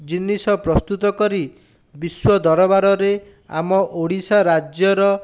ଜିନିଷ ପ୍ରସ୍ତୁତ କରି ବିଶ୍ୱ ଦରବାରରେ ଆମ ଓଡ଼ିଶା ରାଜ୍ୟର